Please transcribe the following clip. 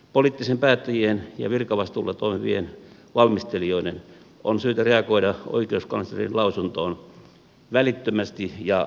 poliittisten päättäjien ja virkavastuulla toimivien valmistelijoiden on syytä reagoida oikeuskanslerin lausuntoon välittömästi ja nöyrästi